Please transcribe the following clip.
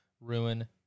ruin